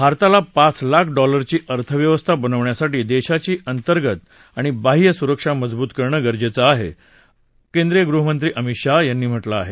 भारताला पाच ट्रिलियन डॉलरची अर्थव्यवस्था बनवण्यासाठी देशाची अंतर्गत आणि बाह्यसुरक्षा मजबूत करणं गरजेचं आहे केंद्रीय गृहमंत्री अमित शहा यांनी म्हटलं आहे